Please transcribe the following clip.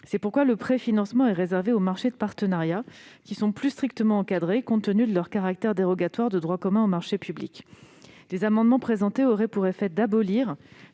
C'est pourquoi le préfinancement est réservé aux marchés de partenariat, qui sont plus strictement encadrés, compte tenu de leur caractère dérogatoire de droit commun aux marchés publics. L'adoption des amendements présentés aurait pour effet d'abolir